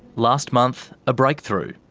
last month, a breakthrough.